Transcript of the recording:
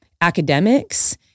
academics